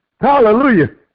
Hallelujah